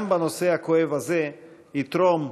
גם בנושא הכואב הזה, יתרום